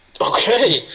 Okay